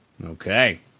Okay